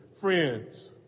friends